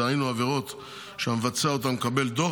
דהיינו עבירות שהמבצע אותן מקבל דוח